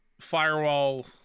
firewall